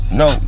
no